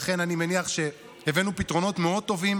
לכן אני מניח שהבאנו פתרונות מאוד טובים